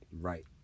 Right